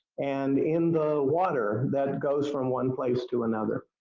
and in the water that goes from one place to another.